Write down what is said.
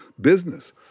business